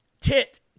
tit